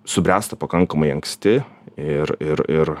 subręsta pakankamai anksti ir ir ir